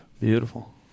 Beautiful